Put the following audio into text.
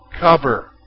Cover